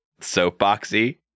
soapboxy